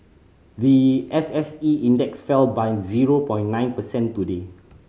the S S E Index fell by zero point nine percent today